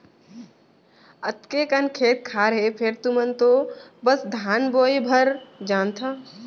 अतेक अकन खेत खार हे फेर तुमन तो बस धाने बोय भर जानथा